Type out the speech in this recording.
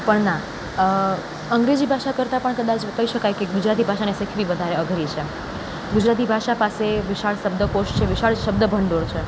પણ ના અંગ્રેજી ભાષા કરતા પણ કદાચ કહી શકાય કે ગુજરાતી ભાષાને શીખવી વધારે અઘરી છે ગુજરાતી ભાષા પાસે વિશાળ શબ્દકોશ છે વિશાળ શબ્દભંડોળ છે